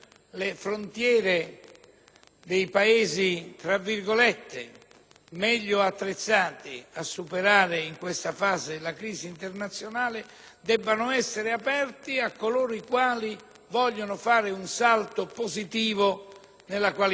dei Paesi, per così dire, meglio attrezzati a superare questa fase della crisi internazionale, debbano essere aperte a coloro i quali vogliono fare un salto positivo nella qualità della loro vita.